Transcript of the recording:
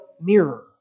mirror